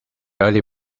early